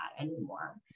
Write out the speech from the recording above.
anymore